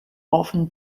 often